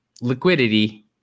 liquidity